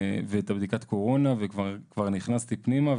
את בדיקת הקורונה וכבר נכנסתי פנימה,